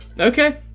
Okay